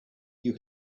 you